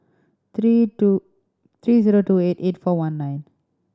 three two three zero two eight eight four one nine